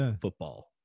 football